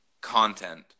content